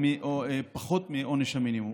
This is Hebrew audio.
או פחות מעונש המינימום.